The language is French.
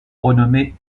renommée